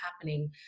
happening